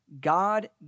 God